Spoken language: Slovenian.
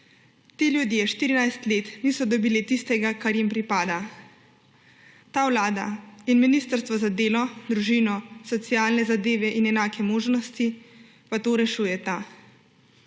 Ti ljudje 14 let niso dobili tistega, kar jim pripada. Ta vlada in Ministrstvo za delo, družino, socialne zadeve in enake možnosti pa to rešujeta.